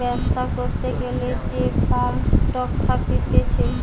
বেবসা করতে গ্যালে যে কমন স্টক থাকছে